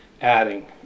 adding